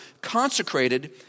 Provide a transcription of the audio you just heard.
consecrated